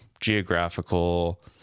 geographical